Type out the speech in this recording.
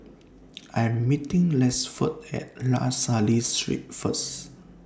I'm meeting Rexford At La Salle Street First